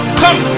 come